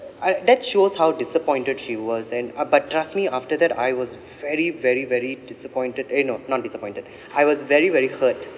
I that shows how disappointed she was and uh but trust me after that I was very very very disappointed eh no not disappointed I was very very hurt